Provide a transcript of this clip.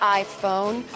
iPhone